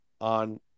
on